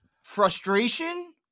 Frustration